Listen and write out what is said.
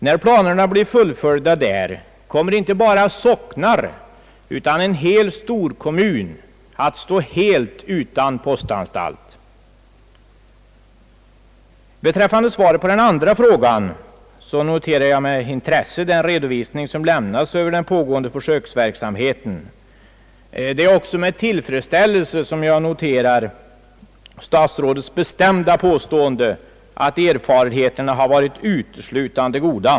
När planerna blir fullföljda kommer inte bara socknar utan också en hel storkommun att stå helt utan postanstalt. Beträffande svaret på den andra frågan noterar jag med intresse den redovisning som lämnas över den pågående försöksverksamheten. Det är också med tillfredsställelse jag noterar statsrådets bestämda påstående att erfarenheterna har varit uteslutande goda.